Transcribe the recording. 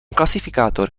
klasifikátor